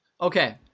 Okay